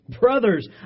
Brothers